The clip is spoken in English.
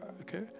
Okay